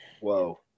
Whoa